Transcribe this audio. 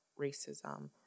racism